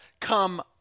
come